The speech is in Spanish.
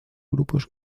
grupos